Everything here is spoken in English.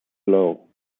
slow